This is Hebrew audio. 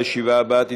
הישיבה הבאה תתקיים,